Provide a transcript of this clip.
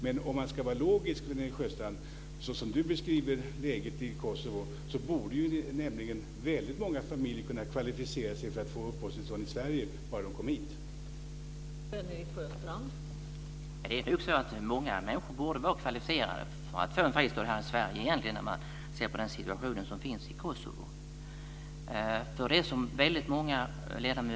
Men såsom Sven-Erik Sjöstrand beskriver läget i Kosovo borde, om man ska vara logisk, väldigt många familjer kunna kvalificera sig för att få uppehållstillstånd i Sverige bara de kommer hit.